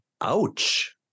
ouch